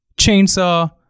Chainsaw